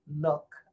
look